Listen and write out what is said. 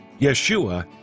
Yeshua